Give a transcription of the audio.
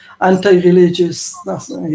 anti-religious